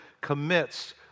commits